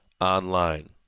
online